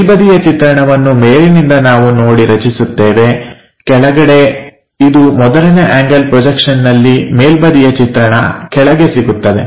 ಮೇಲ್ಬದಿಯ ಚಿತ್ರಣವನ್ನು ಮೇಲಿನಿಂದ ನಾವು ನೋಡಿ ರಚಿಸುತ್ತೇವೆ ಕೆಳಗಡೆ ಇದು ಮೊದಲನೇ ಆಂಗಲ್ ಪ್ರೊಜೆಕ್ಷನ್ನಲ್ಲಿ ಮೇಲ್ಬದಿಯ ಚಿತ್ರಣ ಕೆಳಗೆ ಸಿಗುತ್ತದೆ